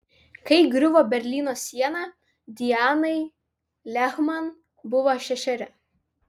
kai griuvo berlyno siena dianai lehman buvo šešeri